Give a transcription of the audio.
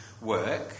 work